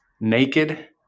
Naked